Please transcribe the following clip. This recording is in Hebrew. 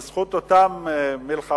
בזכות אותן מלחמות,